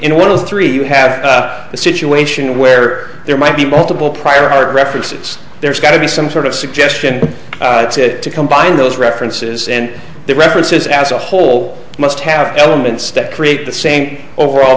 in one of three you have a situation where there might be multiple prior art references there's got to be some sort of suggestion to combine those references and the references as a whole must have elements that create the same overall